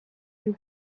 you